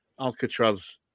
Alcatraz